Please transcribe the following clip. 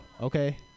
Okay